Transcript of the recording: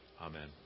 Amen